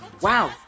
wow